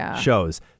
shows